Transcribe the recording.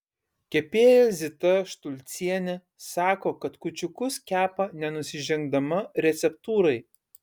kepėja zita štulcienė sako kad kūčiukus kepa nenusižengdama receptūrai